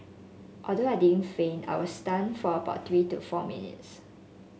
although I didn't faint I was stunned for about three to four minutes